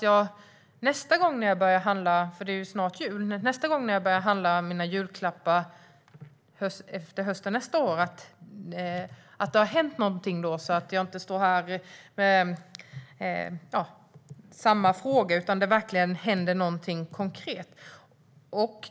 Jag hoppas att det nästa gång jag ska handla julklappar, efter nästa höst, har hänt någonting och att jag då inte behöver stå här med samma fråga. Jag hoppas att det verkligen händer någonting konkret.